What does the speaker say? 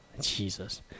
Jesus